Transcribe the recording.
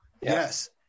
Yes